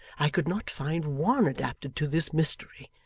i could not find one adapted to this mystery,